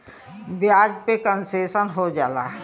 ब्याज पे कन्सेसन हो जाला